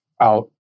out